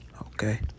okay